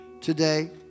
Today